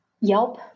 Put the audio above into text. Yelp